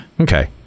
Okay